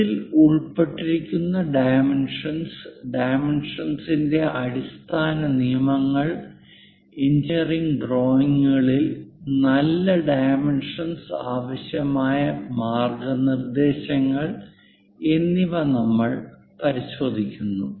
ഇതിൽ ഉൾപ്പെട്ടിരിക്കുന്ന ഡൈമെൻഷന്സ് ഡൈമെൻഷന്സിൻറെ അടിസ്ഥാന നിയമങ്ങൾ എഞ്ചിനീയറിംഗ് ഡ്രോയിംഗുകളിൽ നല്ല ഡൈമെൻഷന്സ്ന് ആവശ്യമായ മാർഗ്ഗനിർദ്ദേശങ്ങൾ എന്നിവ നമ്മൾ പരിശോധിക്കുന്നു